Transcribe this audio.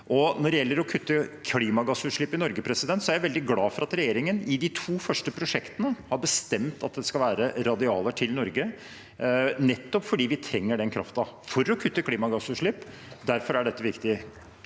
Når det gjelder å kutte klimagassutslipp i Norge, er jeg veldig glad for at regjeringen i de to første prosjektene har bestemt at det skal være radialer til Norge, nettopp fordi vi trenger den kraften for å kutte klimagassutslipp. Derfor er dette viktig.